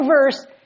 verse